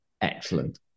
Excellent